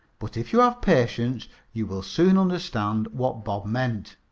but if you have patience you will soon understand what bob meant,